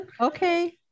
Okay